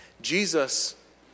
Jesus